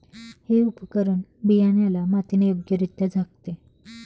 हे उपकरण बियाण्याला मातीने योग्यरित्या झाकते